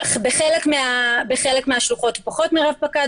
בחלק מהשלוחות הוא פחות מרב פקד,